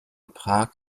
prag